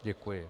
Děkuji.